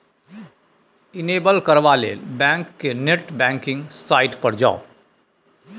enable करबा लेल bank केर नेट बैंकिंग साइट पर जाउ